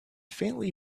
faintly